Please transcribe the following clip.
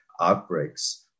outbreaks